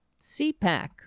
cpac